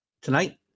Tonight